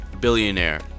billionaire